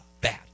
Bad